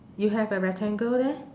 you have a rectangle there